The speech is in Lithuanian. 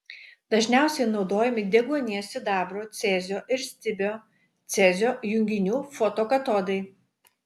dažniausiai naudojami deguonies sidabro cezio ir stibio cezio junginių fotokatodai